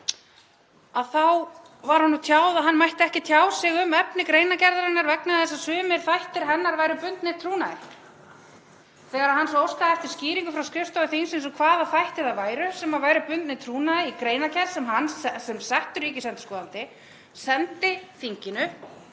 þá var honum tjáð að hann mætti ekki tjá sig um efni greinargerðarinnar vegna þess að sumir þættir hennar væru bundnir trúnaði. Þegar hann óskaði svo eftir skýringum frá skrifstofu þingsins og hvaða þættir það væru sem væru bundnir trúnaði í greinargerð, sem hann sem settur ríkisendurskoðandi sendi þinginu,